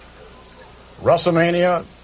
WrestleMania